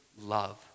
love